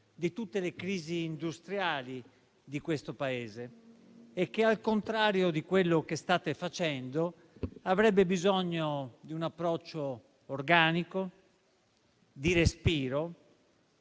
di tutte le crisi industriali di questo Paese e che, al contrario di quello che state facendo, avrebbe bisogno di un approccio organico e di respiro,